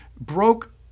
broke